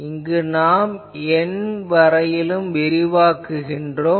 இங்கு நாம் N வரையிலும் விரிவாக்குகிறோம்